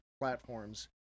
platforms